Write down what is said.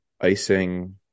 icing